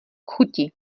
chuti